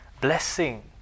blessing